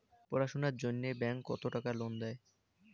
পড়াশুনার জন্যে ব্যাংক কত টাকা লোন দেয়?